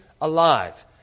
alive